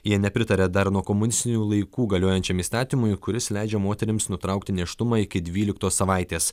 jie nepritaria dar nuo komunistinių laikų galiojančiam įstatymui kuris leidžia moterims nutraukti nėštumą iki dvyliktos savaitės